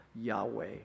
Yahweh